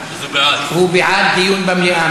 הוא בעד דיון במליאה,